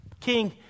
King